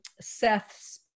Seth